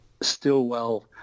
stillwell